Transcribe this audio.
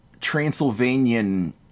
Transylvanian